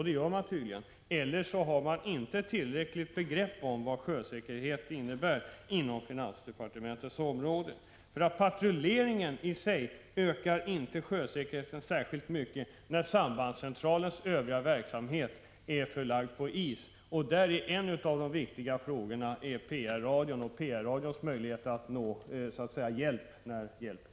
Det gör man tydligen — eller också har man på finansdeparte mentet inte tillräckligt begrepp om vad sjösäkerhet innebär. Patrulleringen i sig ökar inte sjösäkerheten särskilt mycket, när sambandscentralens övriga verksamhet är lagd på is. Därvid är en av de viktigaste frågorna PR-radions möjligheter att kalla på hjälp när hjälp behövs.